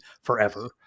forever